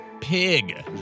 Pig